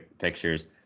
pictures